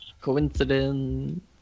Coincidence